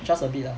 just a bit lah